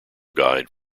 guide